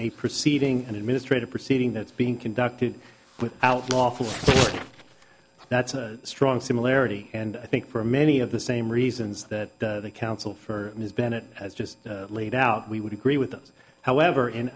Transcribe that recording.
a proceeding an administrative proceeding that's being conducted without lawful that's a strong similarity and i think for many of the same reasons that the counsel for ms bennett has just laid out we would agree with them however in